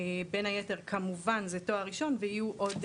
בין היתר כמובן זה תואר ראשון ויהיו עוד